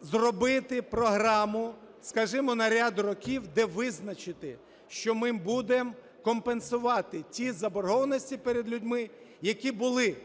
Зробити програму, скажімо, на ряд років, де визначити, що ми будемо компенсувати ті заборгованості перед людьми, які були,